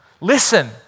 Listen